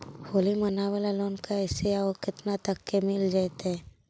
होली मनाबे ल लोन कैसे औ केतना तक के मिल जैतै?